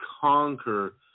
conquer